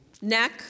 neck